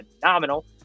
phenomenal